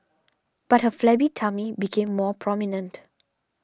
but her flabby tummy became more prominent